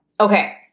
Okay